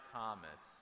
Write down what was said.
Thomas